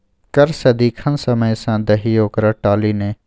कर सदिखन समय सँ दही ओकरा टाली नै